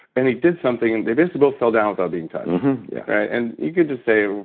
and he did something and they basically both fell down without being touched yeah and you could just say,